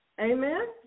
Amen